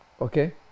okay